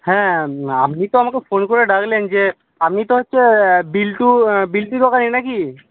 হ্যাঁ আপনি তো আমাকে ফোন করে ডাকলেন যে আপনি তো হচ্ছে বিল্টু বিল্টু দোকানী নাকি